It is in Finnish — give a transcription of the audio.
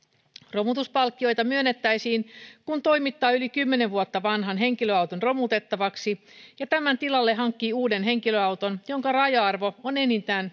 romutuspalkkio myönnettäisiin kun toimittaa yli kymmenen vuotta vanhan henkilöauton romutettavaksi ja hankkii tämän tilalle uuden henkilöauton jonka raja arvo on enintään